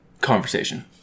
conversation